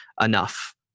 enough